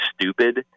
stupid